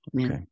Okay